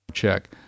Check